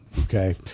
Okay